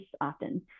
often